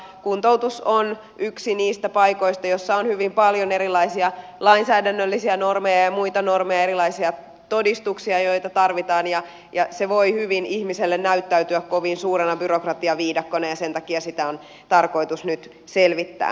kuntoutus on yksi niistä paikoista joissa on hyvin paljon erilaisia lainsäädännöllisiä normeja ja muita normeja erilaisia todistuksia joita tarvitaan ja se voi hyvin ihmiselle näyttäytyä kovin suurena byrokratiaviidakkona ja sen takia sitä on tarkoitus nyt selvittää